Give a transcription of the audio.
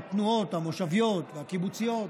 התנועות המושביות, הקיבוציות,